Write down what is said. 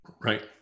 Right